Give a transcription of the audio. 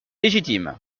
légitime